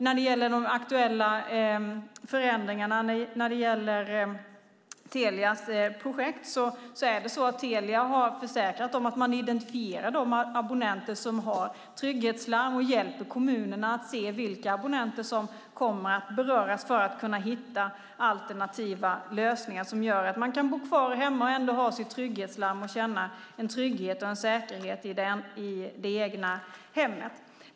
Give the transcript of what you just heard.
När det gäller de aktuella förändringarna och Telias projekt har Telia försäkrat att man identifierar de abonnenter som har trygghetslarm och hjälper kommunerna att se vilka abonnenter som kommer att beröras för att hitta alternativa lösningar som gör att människor kan bo kvar hemma och ändå ha sitt trygghetslarm och känna en trygghet och en säkerhet i det egna hemmet.